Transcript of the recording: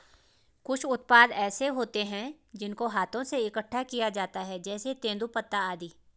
कुछ उत्पाद ऐसे होते हैं जिनको हाथों से इकट्ठा किया जाता है जैसे तेंदूपत्ता आदि